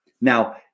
Now